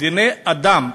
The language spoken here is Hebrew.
דיני אדם,